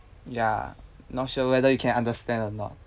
ya not sure whether you can understand or not